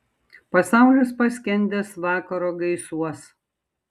pasaulis paskendęs vakaro gaisuos